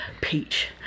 peach